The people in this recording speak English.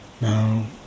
Now